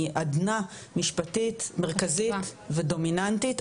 היא עדנה משפטית מרכזית ודומיננטית,